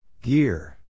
Gear